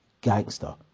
gangster